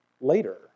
later